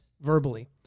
verbally